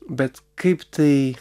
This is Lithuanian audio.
bet kaip tai